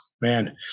man